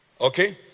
Okay